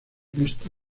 esto